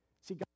See